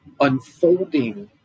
unfolding